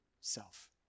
self